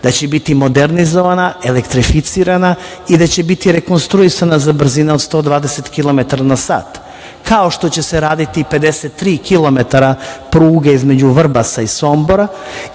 da će biti modernizovana, elektrificirana i da će biti rekonstruisana za brzine od 120 kilometara na sat, kao što će se raditi i 53 kilometara pruge između Vrbasa i Sombora